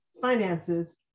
finances